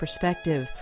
perspective